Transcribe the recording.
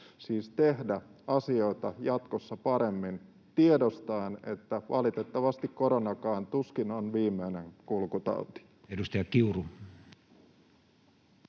siis tehdä asioita jatkossa paremmin tiedostaen, että valitettavasti koronakaan tuskin on viimeinen kulkutauti. [Speech 109]